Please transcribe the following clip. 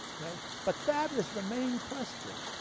okay? but that is the main question,